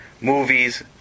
Movies